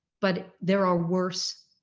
but there are worse